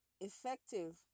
effective